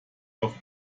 auf